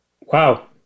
Wow